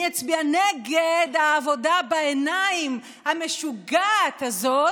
אני אצביע נגד העבודה בעיניים, המשוגעת הזאת,